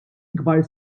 ikbar